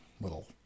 little